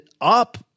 up